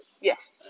yes